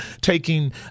taking